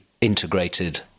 integrated